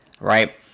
right